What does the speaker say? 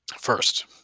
First